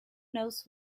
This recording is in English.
knows